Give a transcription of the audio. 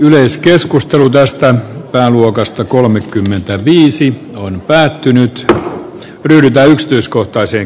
yleiskeskustelu tästä pääluokasta kolmekymmentäviisi on päätynyt yltä yksityiskohtaisen